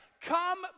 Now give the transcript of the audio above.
Come